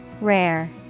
Rare